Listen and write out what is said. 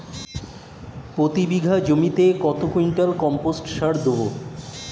প্রতি বিঘা জমিতে কত কুইন্টাল কম্পোস্ট সার প্রতিবাদ?